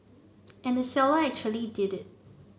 and the seller actually did